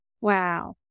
Wow